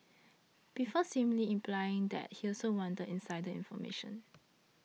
before seemingly implying that he also wanted insider information